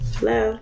hello